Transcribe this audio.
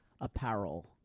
apparel